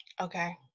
Okay